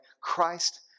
Christ